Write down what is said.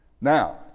Now